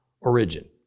origin